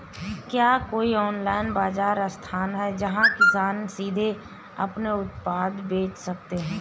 क्या कोई ऑनलाइन बाज़ार स्थान है जहाँ किसान सीधे अपने उत्पाद बेच सकते हैं?